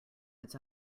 its